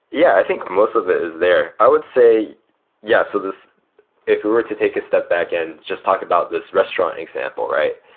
yeah, i think most of it is there. i would say yes. if you were to take a step back and just talk about this restaurant example, right?